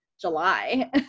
July